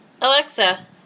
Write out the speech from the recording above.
Alexa